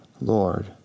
Lord